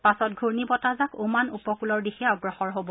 পাছত ঘূৰ্ণী বতাহজাক ওমান উপকুলৰ দিশে অগ্ৰসৰ হ'ব